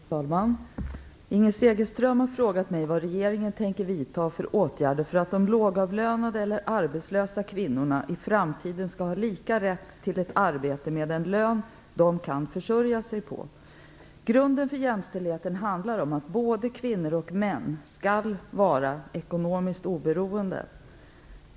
Fru talman! Inger Segelström har frågat mig vad regeringen tänker vidta för åtgärder för att de lågavlönade eller arbetslösa kvinnorna i framtiden skall ha lika rätt till ett arbete med en lön de kan försörja sig på. Grunden för jämställdheten handlar om att både kvinnor och män skall vara ekonomiskt oberoende.